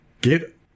get